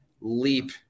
leap